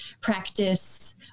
practice